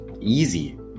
easy